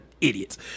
idiots